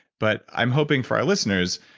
but i'm hoping for our listeners,